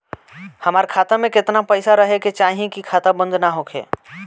हमार खाता मे केतना पैसा रहे के चाहीं की खाता बंद ना होखे?